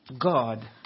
God